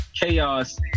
Chaos